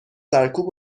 سرکوب